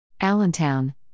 Allentown